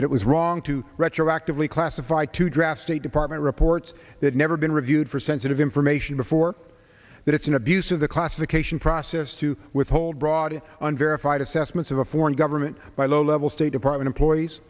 that it was wrong to retroactively classify to draft state department reports that never been reviewed for sensitive information before that it's an abuse of the classification process to withhold brought it on verified assessments of a foreign government by low level state department employees